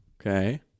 Okay